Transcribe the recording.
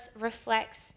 reflects